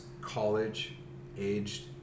college-aged